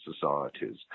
societies